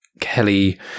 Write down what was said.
Kelly